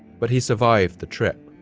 but he survived the trip.